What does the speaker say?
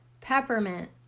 peppermint